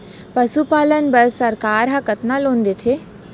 पशुपालन बर सरकार ह कतना लोन देथे?